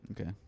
Okay